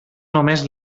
només